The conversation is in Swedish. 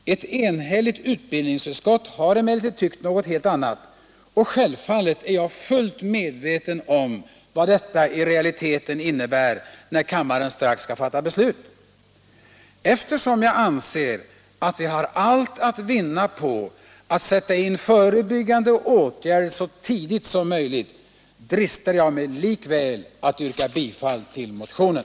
Ett enhälligt utbildningsutskott har emellertid tyckt något helt annat, och självfallet är jag fullt medveten om vad detta i realiteten innebär, när kammaren strax skall fatta beslut. Eftersom jag anser att vi har allt att vinna på att sätta in förebyggande åtgärder så tidigt som möjligt, dristar jag mig likväl att yrka bifall till motionen.